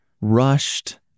rushed